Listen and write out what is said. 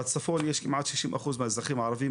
בצפון יש כמעט 60% מהאזרחים הערבים,